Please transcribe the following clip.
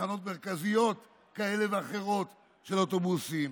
לתחנות מרכזיות כאלה ואחרות של אוטובוסים,